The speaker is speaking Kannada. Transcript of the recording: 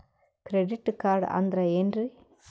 ಕ್ರೆಡಿಟ್ ಕಾರ್ಡ್ ಅಂದ್ರ ಏನ್ರೀ?